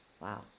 Wow